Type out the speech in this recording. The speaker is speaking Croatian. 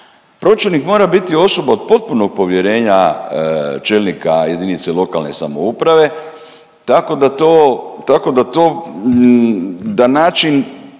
Pročelnik mora biti osoba od potpunog povjerenja čelnika jedinice lokalne samouprave tako da to, tako